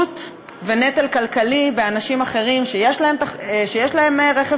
נטל כלכלי ותלות באנשים אחרים שיש להם רכב